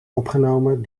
opgenomen